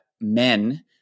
men